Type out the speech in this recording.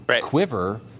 quiver